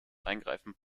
eingreifen